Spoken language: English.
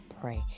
pray